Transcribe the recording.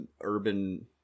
urban